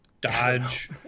dodge